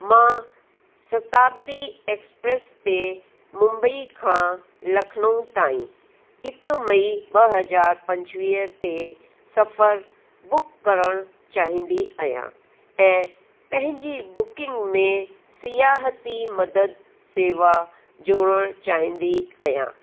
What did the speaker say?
मां सताब्दी एक्सप्रेस ते मुम्बई खां लखनऊ ताईं हिकु मई ॿ हज़ार पंजुवीह ते सफ़रु बुक करणु चाहींदी आहियां ऐं पंहिंजी बुकिंग में सिहायती मदद शेवा ॼोणणु चाहींदी आहियां